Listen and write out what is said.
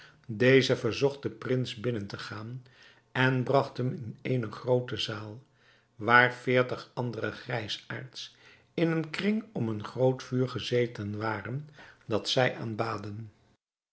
deze verzocht den prins binnen te gaan en bragt hem in eene groote zaal waar veertig andere grijsaards in een kring om een groot vuur gezeten waren dat zij aanbaden